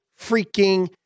freaking